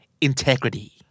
integrity